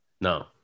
No